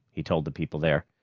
he told the people there.